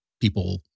people